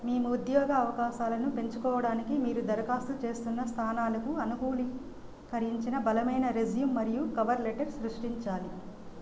మీ ఉద్యోగ అవకాశాలను పెంచుకోవడానికి మీరు దరఖాస్తు చేస్తున్న స్థానాలకు అనుకూలీ కరించిన బలమైన రెజ్యూమ్ మరియు కవర్ లెటర్ సృష్టించాలి